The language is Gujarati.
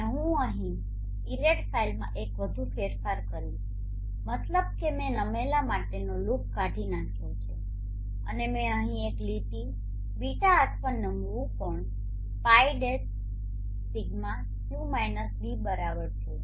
અને હું અહીં ઇરેડ ફાઇલમાં એક વધુ ફેરફાર કરીશ મતલબ કે મેં નમેલા માટેનો લૂપ કાઢી નાખ્યો છે અને મેં અહીં એક લીટી બીટા અથવા નમવું કોણ Π - 𝛿 Q B બરાબર છે